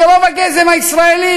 כי רוב הגזם הישראלי,